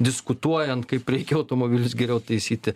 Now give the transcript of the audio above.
diskutuojant kaip reikia automobilius geriau taisyti